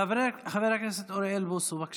חבר הכנסת אוריאל בוסו, בבקשה,